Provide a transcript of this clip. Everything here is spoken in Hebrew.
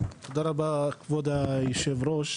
תודה רבה, כבוד היושב-ראש.